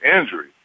injury